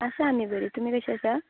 आसा आमी बरी तुमी कशी आसा